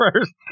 first